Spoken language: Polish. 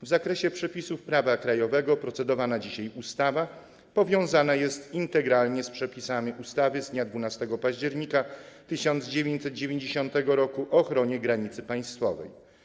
W zakresie przepisów prawa krajowego procedowana dzisiaj ustawa powiązana jest integralnie z przepisami ustawy z dnia 12 października 1990 r. o ochronie granicy państwowej.